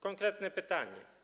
Konkretne pytanie.